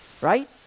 Right